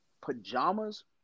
pajamas